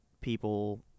people